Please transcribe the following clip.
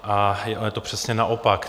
A je to přesně naopak.